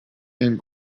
and